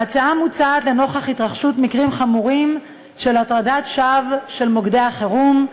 ההצעה מוצעת לנוכח התרחשות מקרים חמורים של הטרדת שווא של מוקדי החירום,